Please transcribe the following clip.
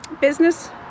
business